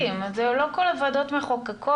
חברים, לא כל הוועדות מחוקקות.